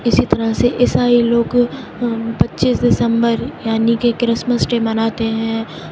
اسی طرح سے عیسائی لوگ پچیس دسمبر یعنی کہ کرسمس ڈے مناتے ہیں